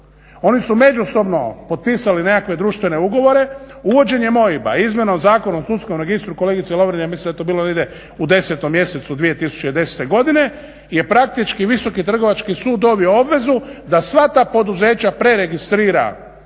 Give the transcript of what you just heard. oni su međusobno potpisali nekakve društvene ugovore. Uvođenjem OIB-a izmjenom Zakona o sudskom registru kolegice Lovrin ja mislim da je to bilo da ide u 10. mjesecu 2010., je praktički Visoki trgovački sud dobio obvezu da sva ta poduzeća preregistrira